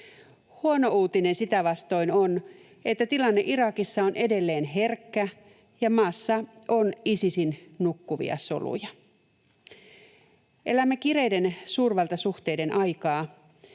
Huono uutinen sitä vastoin on, että tilanne Irakissa on edelleen herkkä ja maassa on Isisin nukkuvia soluja. Elämme kireiden suurvaltasuhteiden aikaa.